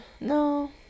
no